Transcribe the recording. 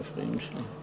הם מפריעים שם.